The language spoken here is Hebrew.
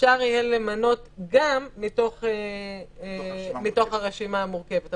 אפשר יהיה למנות גם מתוך הרשימה המורכבת,